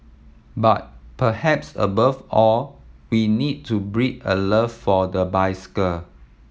but perhaps above all we need to breed a love for the bicycle